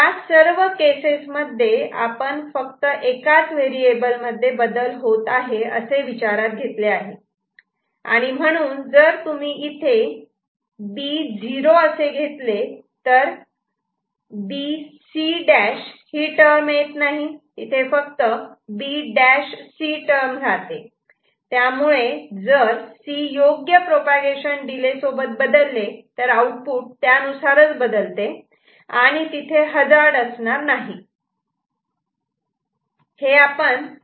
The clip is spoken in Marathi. या सर्व केसेस मध्ये हे आपण फक्त एकाच व्हेरिएबल मध्ये बदल होत आहे असे विचारात घेतले आहे आणि म्हणून जर तुम्ही इथे B 0 असे घेतले तर B C' ही टर्म येत नाही तिथे फक्त B' C टर्म राहते त्यामुळे जर C योग्य प्रोपागेशन डिले सोबत बदलले तर आउटपुट त्यानुसारच बदलते आणि तिथे हजार्ड असणार नाही